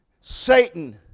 Satan